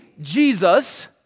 Jesus